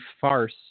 farce